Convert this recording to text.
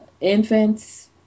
infants